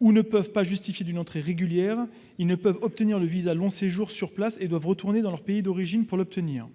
ou ne peuvent pas justifier d'une entrée régulière, ils ne peuvent obtenir le visa de long séjour sur place et doivent retourner dans leur pays d'origine pour cela.